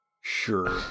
Sure